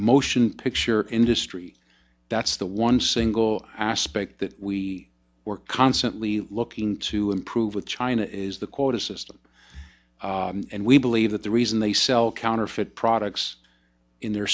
motion picture industry that's the one single aspect that we were constantly looking to improve with china is the quota system and we believe that the reason they sell counterfeit products in their